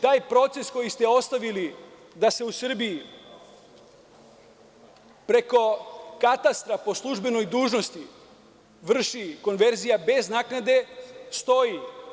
Taj proces koji ste ostavili da se u Srbiji preko katastra po službenoj dužnosti vrši konverzija bez naknade stoji.